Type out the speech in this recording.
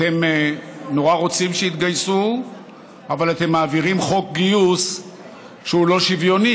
אתם נורא רוצים שיתגייסו אבל אתם מעבירים חוק גיוס שהוא לא שוויוני,